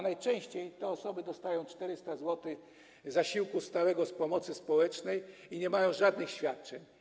Najczęściej te osoby dostają 400 zł zasiłku stałego z pomocy społecznej i nie mają żadnych świadczeń.